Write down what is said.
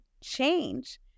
change